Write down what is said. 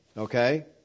Okay